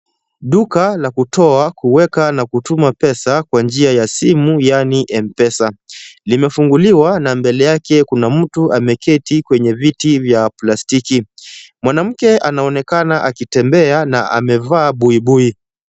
Duka la kutoa, kuweka na kutuma pesa kwa njia ya simu yaani M-Pesa, limefunguliwa na mbele yake kuna mtu ameketi kwenye viti vya plastiki. Mwanamke anaonekana akitembea na amevaa buibui.